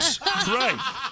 right